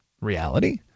reality